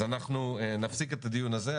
אז אנחנו נפסיק את הדיון הזה,